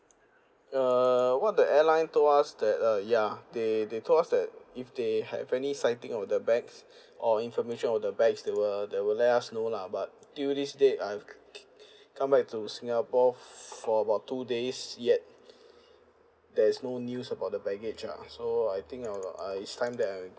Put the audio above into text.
uh what the airline told us that uh ya they they told us that if they have any sighting of the bags or information of the bags they will they will let us know lah but till this day I c~ come back to singapore for about two days yet there is no news about the baggage ah so I think I'll uh it's time that I'm